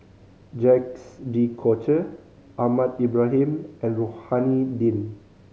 Jacques De Coutre Ahmad Ibrahim and Rohani Din